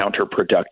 counterproductive